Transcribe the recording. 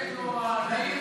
לא נורא.